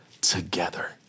together